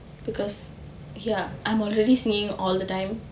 because ya I'm already singing all the time